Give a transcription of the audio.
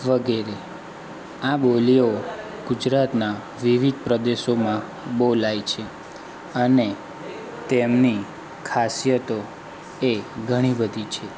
વગેરે આ બોલીઓ ગુજરાતના વિવિધ પ્રદેશોમાં બોલાય છે અને તેમની ખાસિયતો એ ઘણી બધી છે